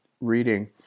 reading